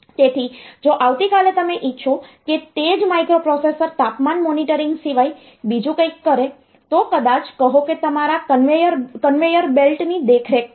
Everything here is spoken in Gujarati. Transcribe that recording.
તેથી જો આવતીકાલે તમે ઇચ્છો કે તે જ માઇક્રોપ્રોસેસર્સ તાપમાન મોનિટરિંગ સિવાય બીજું કંઈક કરે તો કદાચ કહો કે તમારા કન્વેયર બેલ્ટ ની દેખરેખ કરે